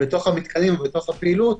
בתוך המתקנים ובתוך הפעילות